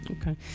Okay